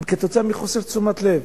הם בגלל חוסר תשומת לב.